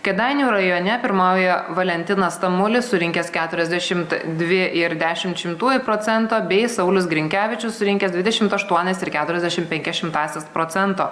kėdainių rajone pirmauja valentinas tamulis surinkęs ketriasdešimt dvi ir dešimt šimtųjų procento bei saulius grinkevičius surinkęs dvidešimt aštuonis ir keturiasdešimt penkias šimtąsias procento